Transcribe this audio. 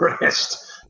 rest